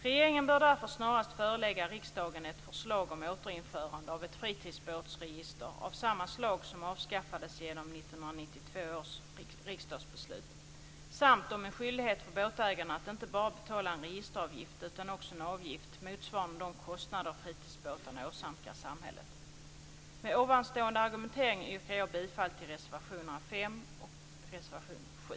Regeringen bör därför snarast förelägga riksdagen ett förslag om återinförande av ett fritidsbåtsregister av samma slag som avskaffades genom 1992 års riksdagsbeslut samt om en skyldighet för båtägarna att inte bara betala en registeravgift utan också en avgift motsvarande de kostnader fritidsbåtarna åsamkar samhället. Med ovanstående argumentering yrkar jag bifall till reservationerna 5 och 7.